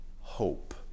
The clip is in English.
hope